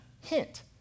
hint